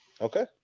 Okay